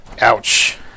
Ouch